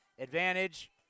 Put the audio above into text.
Advantage